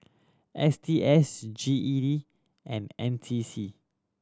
S T S G E D and N C C